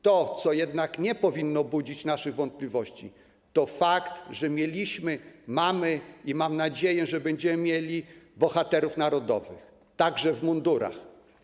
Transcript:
To, co jednak nie powinno budzić naszych wątpliwości, to fakt, że mieliśmy, mamy i - mam nadzieję - będziemy mieli bohaterów narodowych, także w mundurach.